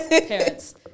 parents